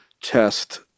test